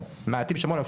מעטים שמעו עליו,